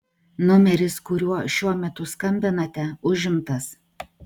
numeris kuriuo šiuo metu skambinate užimtas